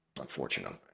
unfortunately